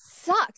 sucks